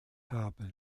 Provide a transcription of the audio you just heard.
habe